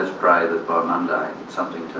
ah by monday something